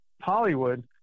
Hollywood